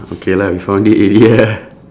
okay lah we found it already ah